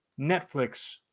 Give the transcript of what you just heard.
Netflix